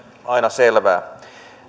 aina selvää